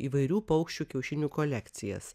įvairių paukščių kiaušinių kolekcijas